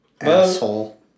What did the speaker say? Asshole